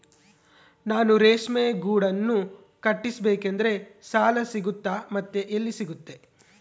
ನಾನು ರೇಷ್ಮೆ ಗೂಡನ್ನು ಕಟ್ಟಿಸ್ಬೇಕಂದ್ರೆ ಸಾಲ ಸಿಗುತ್ತಾ ಮತ್ತೆ ಎಲ್ಲಿ ಸಿಗುತ್ತೆ?